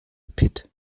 pit